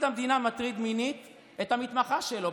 המדינה מטריד מינית את המתמחה שלו,